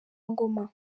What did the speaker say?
ngoma